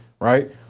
right